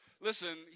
Listen